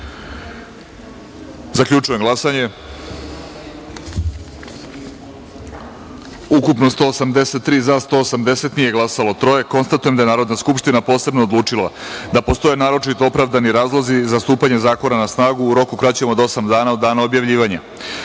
glasanje: ukupno – 183, za – 180, nije glasalo – troje. Konstatujem da je Narodna skupština posebno odlučila da postoje naročito opravdani razlozi za stupanje zakona na snagu u roku kraćem od osam dana od dana objavljivanja. Stavljam